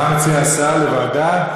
מה מציע השר, לוועדה?